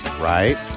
right